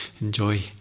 enjoy